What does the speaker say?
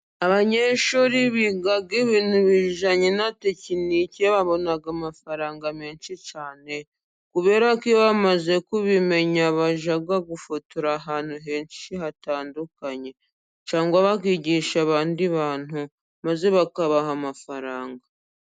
Abanyeshuri biga ibintu bijyanye na tekiniki, babona amafaranga menshi cyane, kubera ko iyo bamaze kubimenya bajya gufotora, ahantu henshi hatandukanye cyangwa bakigisha abandi bantu, maze bakabaha amafaranga.